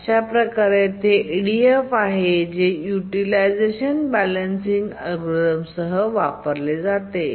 अशाप्रकारे ते EDF आहे जे युटिलायझेशन बॅलॅन्सींग अल्गोरिदमसह वापरले जाते